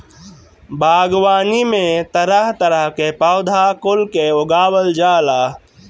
बागवानी में तरह तरह के पौधा कुल के उगावल जाला